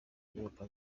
yiruka